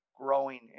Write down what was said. growing